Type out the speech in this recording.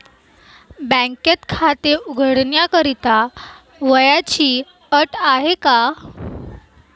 बँकेत खाते उघडण्याकरिता काही वयाची अट आहे का?